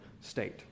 state